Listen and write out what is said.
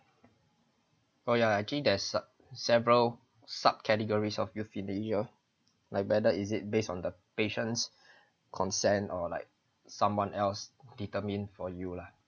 oh ya actually there's several subcategories of euthanasia like whether is it based on the patient's consent or like someone else determined for you lah